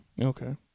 Okay